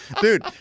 dude